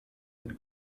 den